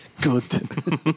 Good